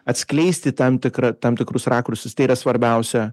atskleisti tam tikrą tam tikrus rakursus tai yra svarbiausia